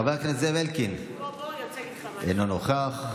חבר הכנסת זאב אלקין, אינו נוכח,